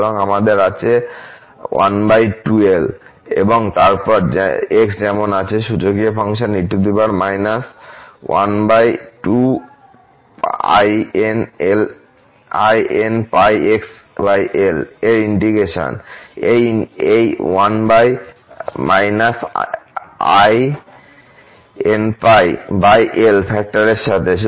সুতরাং আমাদের আছে 1 2l এবং তারপর x যেমন আছে সূচকীয় ফাংশন e -12inπxl এর ইন্টিগ্রেশন এই 1−inπ l ফাক্টর এর সাথে